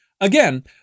Again